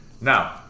Now